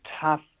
tough